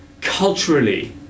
culturally